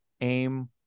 aim